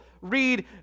read